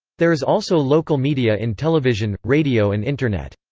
there is also local media in television, radio and internet.